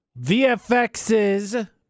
VFX's